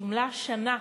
תמלא שנה